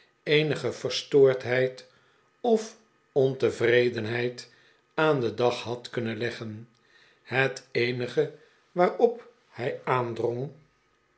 eenige verstoordheid of ontevredenheid aan den dag had kunnen leggen het eenige waarop hij aandrong